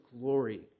glory